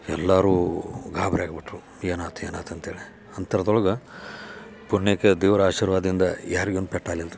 ಎಲ್ಲರೂ ಗಾಬರಿ ಆಗಿಬಿಟ್ರು ಏನಾತು ಏನಾತು ಅಂತ್ಹೇಳಿ ಅಂತರ್ದೊಳಗೆ ಪುಣ್ಯಕ್ಕೆ ದೇವರ ಆಶೀರ್ವಾದಿಂದ ಯಾರಿಗೂ ಏನೂ ಪೆಟ್ಟಾಗ್ಲಿಲ್ಲ ರೀ